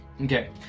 Okay